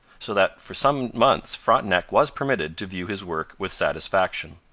so that for some months frontenac was permitted to view his work with satisfaction.